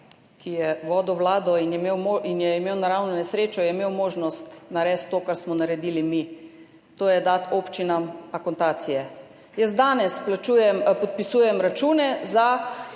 ki je vodil vlado in je imel naravno nesrečo, je imel možnost narediti to, kar smo naredili mi, to je, dati občinam akontacije. Jaz danes podpisujem račune za